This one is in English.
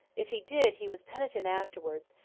if he did, he was penitent afterwards,